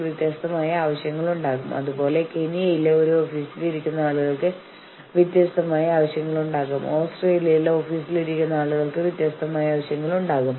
നിങ്ങൾ ഈ കാര്യങ്ങളെക്കുറിച്ചല്ല സംസാരിക്കുന്നതെങ്കിൽ അത് വേണ്ടത്ര ഗൌരവമുള്ളതായി പരിഗണിക്കപ്പെടില്ല അല്ലെങ്കിൽ ഈ വിഷയങ്ങൾ ഒരു ജീവനക്കാരുടെ യൂണിയനും സംഘടനയും തമ്മിൽ ചർച്ച ചെയ്യപ്പെടുന്നതിന് വേണ്ടത്ര അനുയോജ്യമല്ല